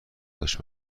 نداشته